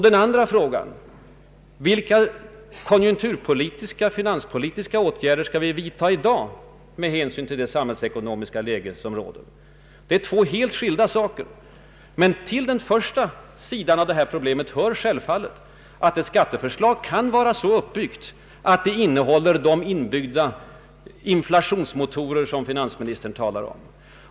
Den andra frågan är: Vilka konjunkturpolitiska, finanspolitiska åtgärder behöver vi vidta i dag med hänsyn till rådande samhällsekonomiska läge? Det är alltså två helt skilda frågor. Till den första sidan av problemet hör självfallet bedömningen av om skattesystemet innehåller de inbyggda ”inflationsmotorer” finansministern talar om.